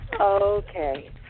Okay